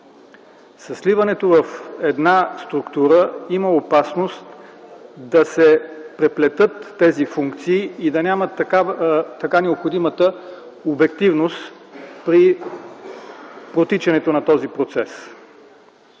Със сливането в една структура има опасност да се преплетат тези функции и да нямат така необходимата обективност при протичането на този процес.